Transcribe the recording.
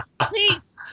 please